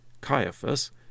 Caiaphas